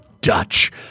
Dutch